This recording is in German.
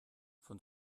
von